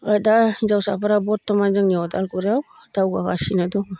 ओमफ्राय दा हिन्जावसाफोरा बर्त'मान जोंनि उदालगुरियाव दावगागासिनो दङ